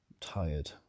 tired